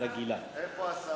איפה השר?